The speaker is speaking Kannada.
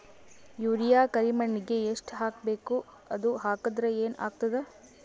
ಯೂರಿಯ ಕರಿಮಣ್ಣಿಗೆ ಎಷ್ಟ್ ಹಾಕ್ಬೇಕ್, ಅದು ಹಾಕದ್ರ ಏನ್ ಆಗ್ತಾದ?